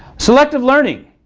selective learning.